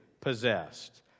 possessed